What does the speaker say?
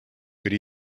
good